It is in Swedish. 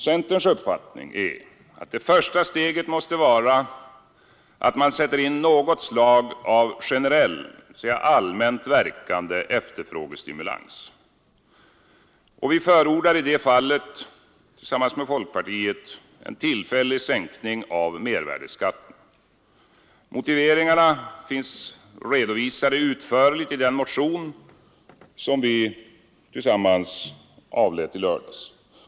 Centerns uppfattning är att det första steget måste vara att man sätter in något slag av generell, dvs. allmänt verkande, efterfrågestimulans. Vi förordar i det fallet tillsammans med folkpartiet en tillfällig sänkning av mervärdeskatten. Motiveringarna finns redovisade utförligt i den motion som vi tillsammans avlämnade i lördags.